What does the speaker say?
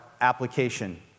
application